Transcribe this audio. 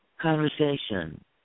conversation